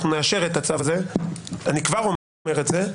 אנחנו נאשר את הצו הזה אני כבר אומר את זה,